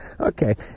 okay